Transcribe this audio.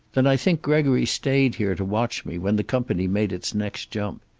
then i think gregory stayed here to watch me when the company made its next jump.